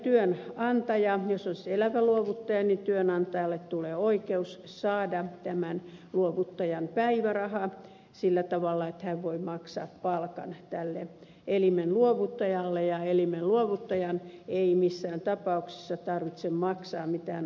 tällöin jos on elävä luovuttaja niin työnantajalle tulee oikeus saada tämän luovuttajan päiväraha sillä tavalla että hän voi maksaa palkan tälle elimen luovuttajalle ja elimen luovuttajan ei missään tapauksessa tarvitse maksaa mitään asiakasmaksuja